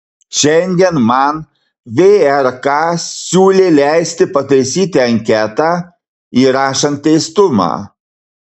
šiandien man vrk siūlė leisti pataisyti anketą įrašant teistumą